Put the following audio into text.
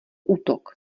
útok